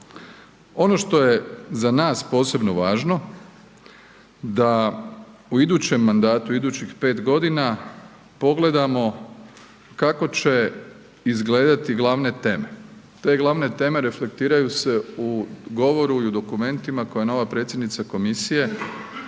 Ono što je za nas posebno važno, da u idućem mandatu, u idućih 5 godina pogledamo kako će izgledati glavne teme. Te glavne teme reflektiraju se u govoru i u dokumentima koje je nova predsjednica komisije